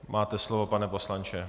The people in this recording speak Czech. Máte slovo, pane poslanče.